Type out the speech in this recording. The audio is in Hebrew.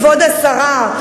כבוד השרה,